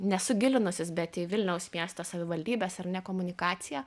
nesu gilinusis bet į vilniaus miesto savivaldybės ar ne komunikaciją